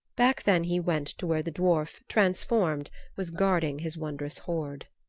back then he went to where the dwarf, transformed, was guarding his wondrous hoard.